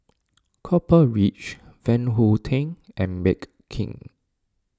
Copper Ridge Van Houten and Bake King